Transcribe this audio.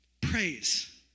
Praise